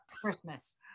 christmas